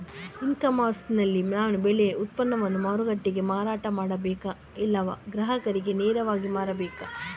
E commerce ನಲ್ಲಿ ನಾನು ಬೆಳೆ ಉತ್ಪನ್ನವನ್ನು ಮಾರುಕಟ್ಟೆಗೆ ಮಾರಾಟ ಮಾಡಬೇಕಾ ಇಲ್ಲವಾ ಗ್ರಾಹಕರಿಗೆ ನೇರವಾಗಿ ಮಾರಬೇಕಾ?